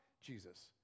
Jesus